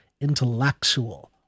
intellectual